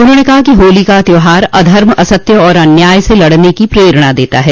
उन्होंने कहा कि होली का त्योहार अधर्म असत्य और अन्याय से लड़ने की प्रेरणा देता है